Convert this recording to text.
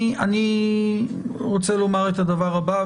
אני רוצה לומר את הדבר הבא,